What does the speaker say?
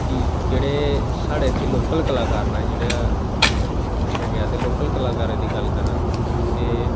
कि जेहड़े साढ़े इत्थै लोकल कलाकार न जेहड़े एह् कोशन पुच्छेआ गेआ ऐ ते लोकल कलाकारे दी गल्ल करा ते